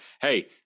hey